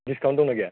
discount दंना गैया